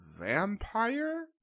vampire